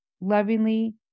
Lovingly